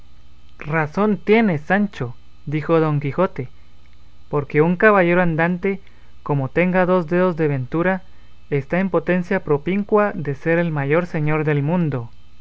razón tienes sancho dijo don quijote porque un caballero andante como tenga dos dedos de ventura está en potencia propincua de ser el mayor señor del mundo